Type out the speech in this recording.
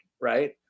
Right